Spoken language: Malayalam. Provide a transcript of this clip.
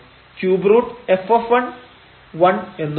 cube root f 1എന്നുമാവും